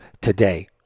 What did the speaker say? today